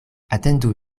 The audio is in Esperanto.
atendu